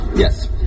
Yes